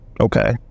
Okay